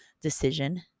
decision